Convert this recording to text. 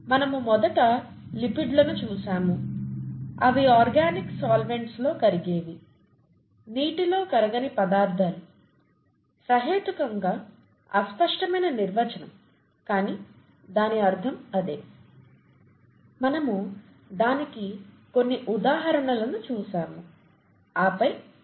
మనము మొదట లిపిడ్లను చూశాము అవి ఆర్గానిక్ సోలవెంట్స్ లో కరిగేవి నీటిలో కరగని పదార్థాలు సహేతుకంగా అస్పష్టమైన నిర్వచనం కానీ దాని అర్థం అదే మనము దానికి కొన్ని ఉదాహరణలు చూశాము